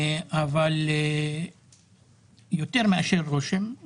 אבל יותר מאשר רושם,